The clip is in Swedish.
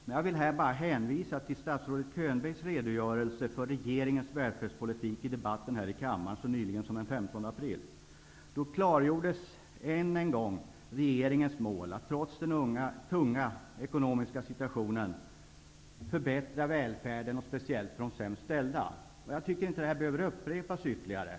Här vill jag bara hänvisa till statsrådet Könbergs redogörelse för regeringens välfärdspolitik i debatten här i kammaren så sent som den 15 april. Då klargjordes än en gång regeringens mål att trots den tunga ekonomiska situationen förbättra välfärden, speciellt för de sämst ställda. Jag tycker inte att detta behöver upprepas ytterligare.